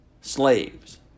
slaves